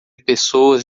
pessoas